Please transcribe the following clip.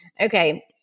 Okay